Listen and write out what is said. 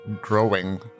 growing